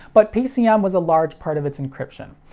but pcm was a large part of its encryption.